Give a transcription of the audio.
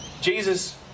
Jesus